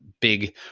big